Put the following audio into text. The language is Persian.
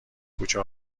کوچه